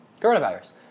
coronavirus